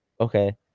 Okay